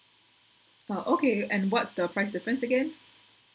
!wow! okay and what's the price difference again